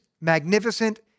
magnificent